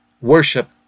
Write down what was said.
worship